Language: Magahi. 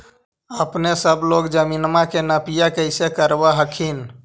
अपने सब लोग जमीनमा के नपीया कैसे करब हखिन?